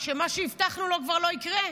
שמה הבטחנו לו כבר לא יקרה?